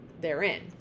therein